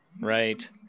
Right